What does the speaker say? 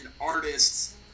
artists